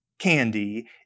candy